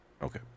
Okay